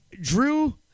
Drew